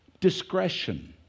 Discretion